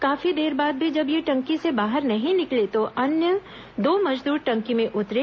काफी देर बाद भी जब ये टंकी से बाहर नहीं निकले तो दो अन्य मजदूर टंकी में उतरे